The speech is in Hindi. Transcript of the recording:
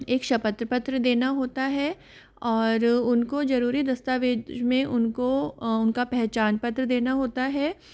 एक शपथ पत्र देना होता है और उनको जरूरी दस्तावेज में उनको उनका पहचान पत्र देना होता है